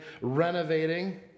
renovating